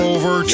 Over